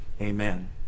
amen